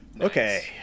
Okay